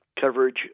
coverage